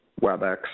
WebEx